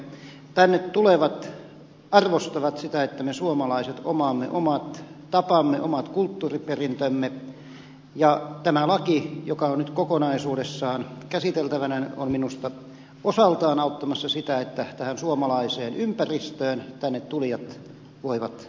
tänne tulevat arvostavat sitä että me suomalaiset omaamme omat tapamme oman kulttuuriperintömme ja tämä laki joka on nyt kokonaisuudessaan käsiteltävänä on minusta osaltaan auttamassa sitä että tähän suomalaiseen ympäristöön tänne tulijat voivat olla tervetulleita